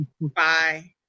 Bye